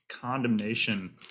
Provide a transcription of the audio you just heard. condemnation